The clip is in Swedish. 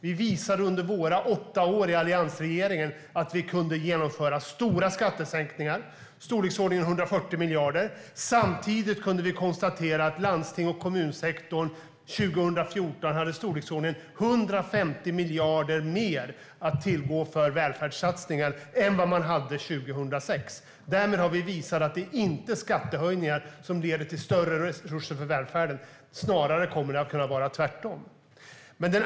Vi visade under våra åtta år med alliansregeringar att vi kunde genomföra stora skattesänkningar, i storleksordningen 140 miljarder, samtidigt som vi kunde konstatera att landstings och kommunsektorn 2014 hade i storleksordningen 150 miljarder mer att tillgå för välfärdssatsningar än de hade 2006. Därmed har vi visat att det inte är skattehöjningar som leder till mer resurser till välfärden; snarare kan det vara tvärtom.